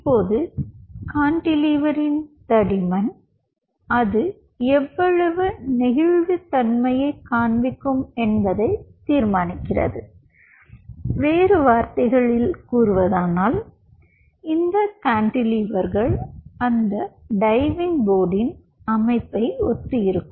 இப்போது கான்டிலீவரின் தடிமன் அது எவ்வளவு நெகிழ்வுத்தன்மையைக் காண்பிக்கும் என்பதை தீர்மானிக்கிறது வேறு வார்த்தைகளில் கூறுவதானால் இந்த கேன்டிலீவர்கள் அந்த டைவிங் போர்டின் அமைப்பை ஒத்து இருக்கும்